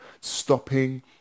Stopping